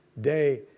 day